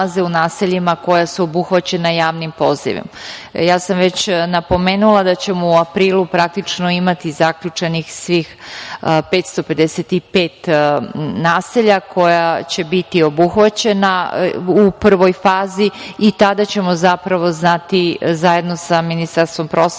u naseljima koje su obuhvaćene javnim pozivom. Ja sam već napomenula da ćemo u aprilu praktično imati zaključenih svih 555 naselja, koja će biti obuhvaćena u prvoj fazi i tada ćemo zapravo znati zajedno sa Ministarstvom prosvete